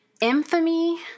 infamy